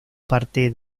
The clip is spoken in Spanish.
parte